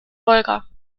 wolga